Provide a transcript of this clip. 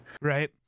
right